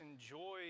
enjoy